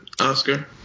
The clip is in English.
Oscar